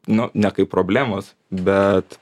nu ne kaip problemos bet